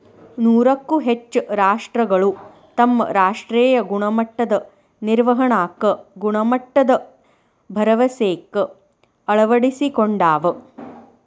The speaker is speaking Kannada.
ನೂರಕ್ಕೂ ಹೆಚ್ಚ ರಾಷ್ಟ್ರಗಳು ತಮ್ಮ ರಾಷ್ಟ್ರೇಯ ಗುಣಮಟ್ಟದ ನಿರ್ವಹಣಾಕ್ಕ ಗುಣಮಟ್ಟದ ಭರವಸೆಕ್ಕ ಅಳವಡಿಸಿಕೊಂಡಾವ